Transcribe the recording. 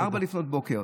ב-04:00.